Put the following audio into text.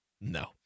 no